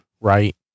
right